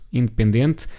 independente